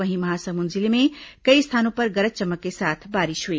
वहीं महासमुंद जिले में कई स्थानों पर गरज चमक के साथ बारिश हुई